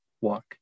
walk